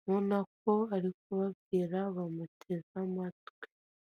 ubona ko ari kubabwira bamuteze amatwi.